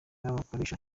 abakoresha